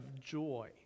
joy